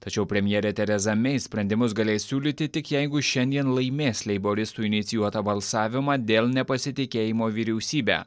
tačiau premjerėtereza mei sprendimus galės siūlyti tik jeigu šiandien laimės leiboristų inicijuotą balsavimą dėl nepasitikėjimo vyriausybe